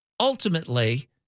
Ultimately